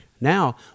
Now